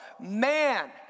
Man